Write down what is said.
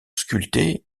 sculptée